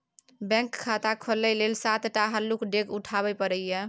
bank खाता खोलय लेल सात टा हल्लुक डेग उठाबे परय छै